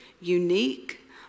unique